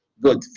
good